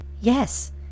Yes